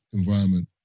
environment